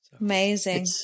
Amazing